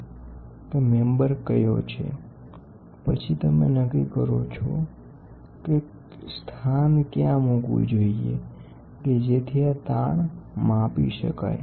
તમે નક્કી કરો કે મેમ્બર કયો છે પછી તમે નક્કી કરો છો કે સ્થાન ક્યાં મૂકવું જોઈએ કે જેથી આ સ્ટ્રેન માપી શકાય